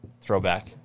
throwback